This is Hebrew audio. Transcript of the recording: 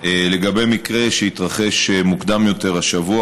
לגבי מקרה שהתרחש מוקדם יותר השבוע,